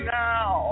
now